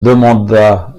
demanda